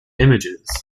images